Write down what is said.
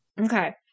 Okay